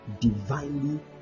divinely